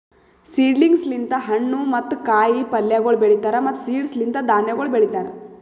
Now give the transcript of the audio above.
seedlings ಲಿಂತ್ ಹಣ್ಣು ಮತ್ತ ಕಾಯಿ ಪಲ್ಯಗೊಳ್ ಬೆಳೀತಾರ್ ಮತ್ತ್ ಸೀಡ್ಸ್ ಲಿಂತ್ ಧಾನ್ಯಗೊಳ್ ಬೆಳಿತಾರ್